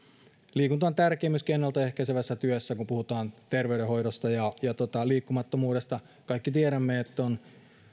liikunta on tärkeää myöskin ennalta ehkäisevässä työssä kun puhutaan terveydenhoidosta ja liikkumattomuudesta kaikki tiedämme että on